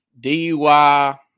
DUI